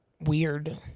weird